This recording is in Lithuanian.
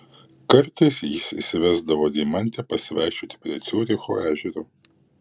kartais jis išsivesdavo deimantę pasivaikščioti prie ciuricho ežero